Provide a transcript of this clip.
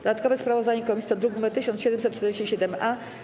Dodatkowe sprawozdanie komisji to druk nr 1747-A.